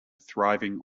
thriving